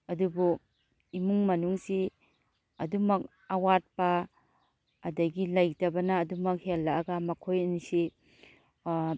ꯑꯗꯨꯕꯨ ꯏꯃꯨꯡ ꯃꯅꯨꯡꯁꯤ ꯑꯗꯨꯝꯃꯛ ꯑꯋꯥꯠꯄ ꯑꯗꯒꯤ ꯂꯩꯇꯕꯅ ꯑꯗꯨꯝꯃꯛ ꯍꯦꯜꯂꯛꯑꯒ ꯃꯈꯣꯏ ꯑꯅꯤꯁꯤ